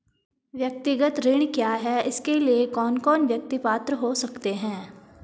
व्यक्तिगत ऋण क्या है इसके लिए कौन कौन व्यक्ति पात्र हो सकते हैं?